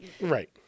Right